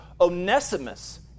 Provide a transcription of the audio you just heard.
Onesimus